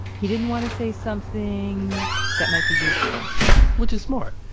he didn't want to say something that might be used against him which is smart,